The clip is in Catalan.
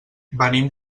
venim